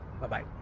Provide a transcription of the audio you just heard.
Bye-bye